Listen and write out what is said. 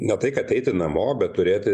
ne tai kad eiti namo bet turėti